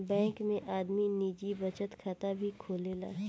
bank में आदमी निजी बचत खाता भी खोलेला